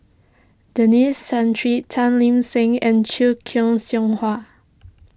Denis Santry Tan Lip Seng and Siew Hua